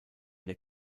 der